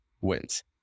wins